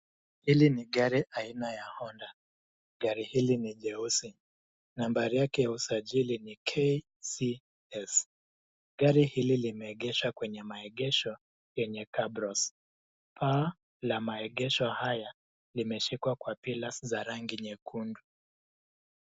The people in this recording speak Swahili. Hili ni gari aina ya Honda . Gari hili ni jeusi. Nambari yake ya usajili ni KCS . Gari hili limeegeshwa kwenye maegesho yenye cabros . Paa la maegesho haya limeezekwa kwa pillars za rangi nyekundu.